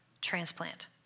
transplant